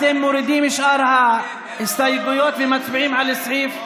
אתם מורידים את שאר ההסתייגויות ומצביעים על הסעיף?